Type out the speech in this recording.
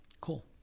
Cool